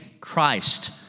Christ